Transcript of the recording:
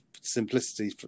simplicity